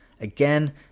Again